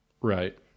Right